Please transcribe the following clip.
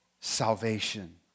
salvation